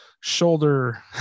shoulder